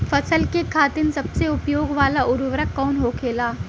फसल के खातिन सबसे उपयोग वाला उर्वरक कवन होखेला?